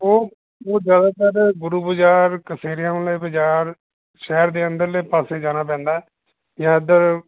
ਉਹ ਉਹ ਜ਼ਿਆਦਾਤਰ ਗੁਰੂ ਬਾਜ਼ਾਰ ਵਾਲੇ ਬਜ਼ਾਰ ਸ਼ਹਿਰ ਦੇ ਅੰਦਰਲੇ ਪਾਸੇ ਜਾਣਾ ਪੈਂਦਾ ਜਾਂ ਇੱਧਰ